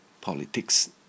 politics